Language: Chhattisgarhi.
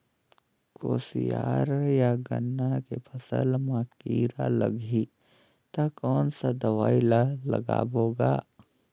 कोशियार या गन्ना के फसल मा कीरा लगही ता कौन सा दवाई ला लगाबो गा?